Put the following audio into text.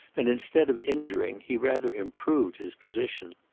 and instead of injuring, he rather improved his position.